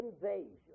invasion